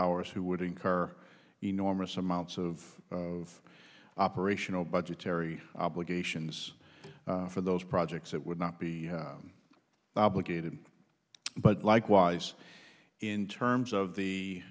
ours who would incur enormous amounts of of operational budgetary obligations for those projects it would not be obligated but likewise in terms of